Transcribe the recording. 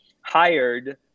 hired